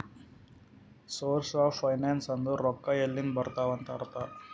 source of finance ಅಂದುರ್ ರೊಕ್ಕಾ ಎಲ್ಲಿಂದ್ ಬರ್ತಾವ್ ಅಂತ್ ಅರ್ಥ